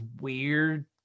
weird